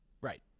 Right